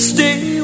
Stay